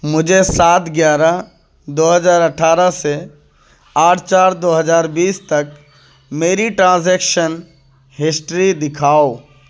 مجھے سات گیارہ دو ہزار اٹھارہ سے آٹھ چار دو ہزار بیس تک میری ٹرانزیکشن ہسٹری دکھاؤ